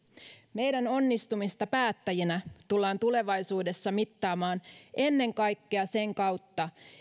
meidän onnistumistamme päättäjinä tullaan tulevaisuudessa mittaamaan ennen kaikkea sen kautta